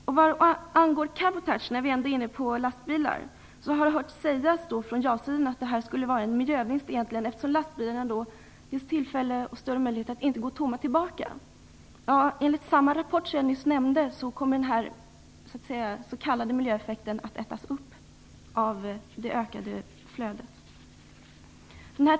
I fråga om lastbilar kan jag nämna cabotage. Jag har hört sägas från ja-sidan att cabotage skulle utgöra en miljövinst, eftersom lastbilarna ges större möjlighet att inte gå tomma tillbaka. Enligt samma rapport som jag nyss nämnde kommer den s.k. miljöeffekten att ätas upp av det ökade flödet.